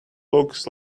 look